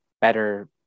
better